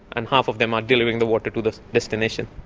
and half of them are delivering the water to the destination.